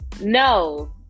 No